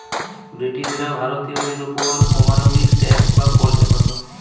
ব্রিটিশরা ভারতবাসীদের ওপর অমানবিক ট্যাক্স বা কর চাপাত